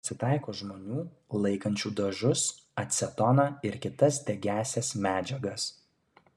pasitaiko žmonių laikančių dažus acetoną ir kitas degiąsias medžiagas